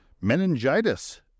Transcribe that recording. Meningitis